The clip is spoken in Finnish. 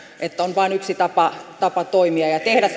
että on vain yksi tapa tapa toimia ja tehdä